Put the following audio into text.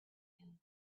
him